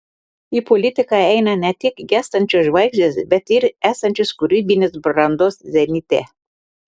į politiką eina ne tik gęstančios žvaigždės bet ir esančios kūrybinės brandos zenite